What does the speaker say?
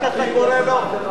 רק אתה קורא לו?